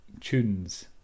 tunes